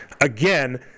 Again